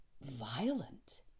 violent